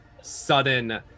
sudden